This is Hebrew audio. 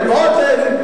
לאדמות האלה,